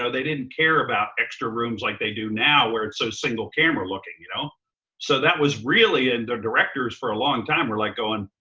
ah they didn't care about extra rooms like they do now where it's so single-camera looking. you know so that was really and the directors for a long time were like going,